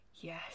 Yes